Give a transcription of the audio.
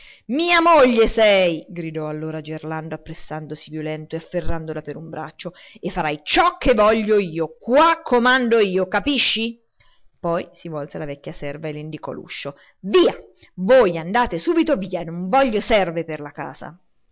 mia moglie sei gridò allora gerlando appressandosi violento e afferrandola per un braccio e farai ciò che voglio io qua comando io capisci poi si volse alla vecchia serva e le indicò l'uscio via voi andate subito via non voglio serve per la casa